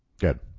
Good